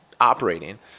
operating